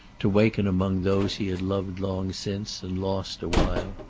to waken among those he had loved long since and lost awhile.